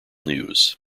news